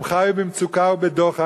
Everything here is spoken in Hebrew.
הם חיו במצוקה ובדוחק,